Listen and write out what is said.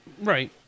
Right